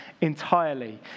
entirely